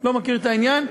לא מכיר את העניין,